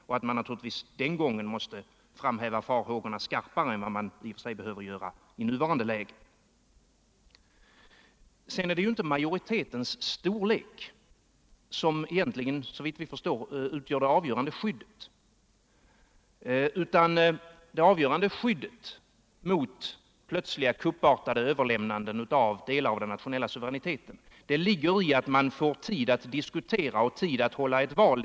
Det fanns alltså skäl att den gången framhålla farhågorna skarpare än man behöver göra i nuvarande läge. Det är egentligen inte riksdagsmajoritetens storlek som, såvitt vi förstår, utgör det avgörande skyddet mot plötsliga, kuppartade överlämnanden av delar av den nationella suveräniteten. Det avgörande skyddet ligger i stället i att man får tid att diskutera frågorna före och efter ett val.